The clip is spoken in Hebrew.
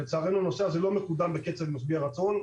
לצערנו, נושא זה לא מקודם בקצב משביע רצון.